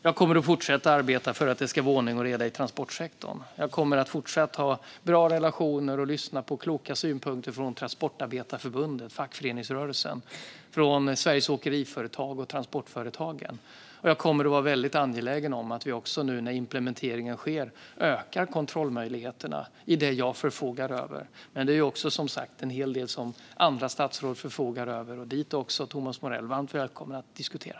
Jag kommer att fortsätta arbeta för att det ska vara ordning och reda i transportsektorn. Jag kommer att fortsatt ha bra relationer och lyssna på kloka synpunkter från Transportarbetareförbundet och fackföreningsrörelsen, liksom från Sveriges Åkeriföretag och Transportföretagen. Jag kommer också att vara väldigt angelägen om att vi, nu när implementeringen sker, ökar kontrollmöjligheterna i det jag förfogar över. Men det är som sagt också en hel del som andra statsråd förfogar över, och även det är Thomas Morell varmt välkommen att diskutera.